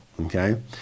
Okay